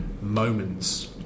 moments